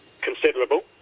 considerable